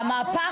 אימאן